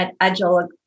agile